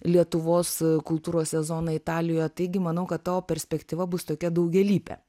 lietuvos kultūros sezoną italijoje taigi manau kad tavo perspektyva bus tokia daugialypė